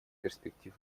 перспектив